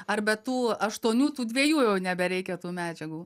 ar be tų aštuonių tų dviejų jau nebereikia tų medžiagų